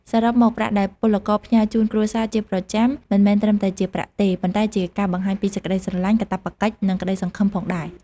សរុបមក ប្រាក់ដែលពលករផ្ញើជូនគ្រួសារជាប្រចាំមិនមែនត្រឹមតែជាប្រាក់ទេ ប៉ុន្តែជាការបង្ហាញពីសេចក្តីស្រលាញ់ កាតព្វកិច្ច និងក្ដីសង្ឃឹមផងដែរ។